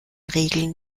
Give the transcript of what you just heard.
regeln